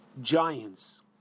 giants